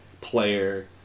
player